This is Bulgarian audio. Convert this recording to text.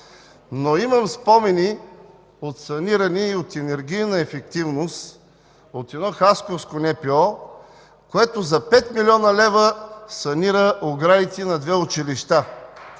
но имам спомени от саниране и от енергийна ефективност от едно хасковско НПО, което за 5 млн. лв. санира оградите на две училища